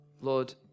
Lord